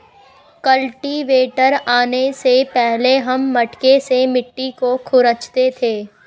cultivator आने से पहले हम मटके से मिट्टी को खुरंचते थे